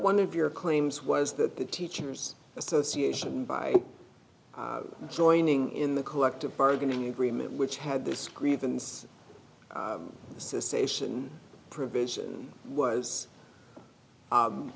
one of your claims was that the teacher's association by joining in the collective bargaining agreement which had this grievance says sation provision was